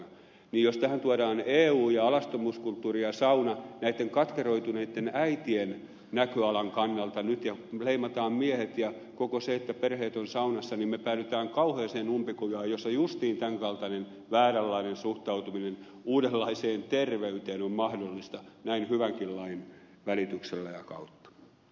jos tähän tuodaan eu ja alastomuuskulttuuri ja sauna näitten katkeroituneitten äitien näköalan kannalta nyt ja leimataan miehet ja koko se että perheet ovat saunassa niin me päädymme kauheaan umpikujaan jossa justiin tämän kaltainen vääränlainen suhtautuminen uudenlaiseen terveyteen on mahdollista näin hyvänkin lain välityksellä ja kautta